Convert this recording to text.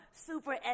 super